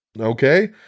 Okay